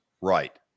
Right